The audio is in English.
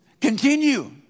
Continue